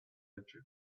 edges